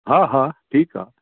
हा हा ठीकु आहे